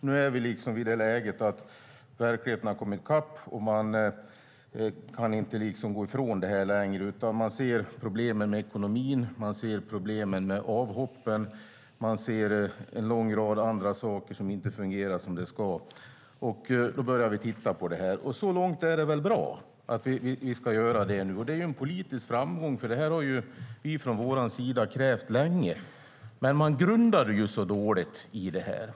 Nu är vi i det läget att verkligheten har kommit i kapp och man inte kan gå ifrån detta längre utan man ser problemen med ekonomin, man ser problemen med avhoppen, och man ser en lång rad andra saker som inte fungerar som de ska. Då börjar vi titta på detta. Så långt är det bra att vi ska göra det nu. Det är en politisk framgång. Detta har vi från vår sida krävt länge. Men man grundade så dåligt i fråga om detta.